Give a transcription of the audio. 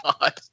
God